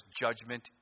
judgment